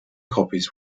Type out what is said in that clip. copies